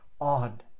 on